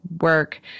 work